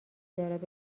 دارد